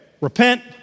Repent